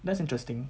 that's interesting